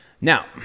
Now